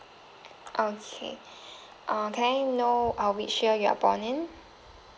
okay uh can I know uh which year you are born in